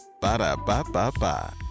Ba-da-ba-ba-ba